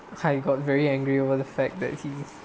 I got very angry over the fact that he